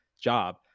job